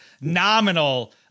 nominal